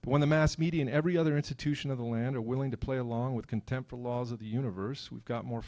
but when the mass media and every other institution of the land are willing to play along with contempt for laws of the universe we've got more